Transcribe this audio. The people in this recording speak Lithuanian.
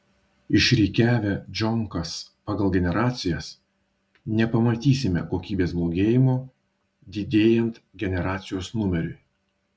išrikiavę džonkas pagal generacijas nepamatysime kokybės blogėjimo didėjant generacijos numeriui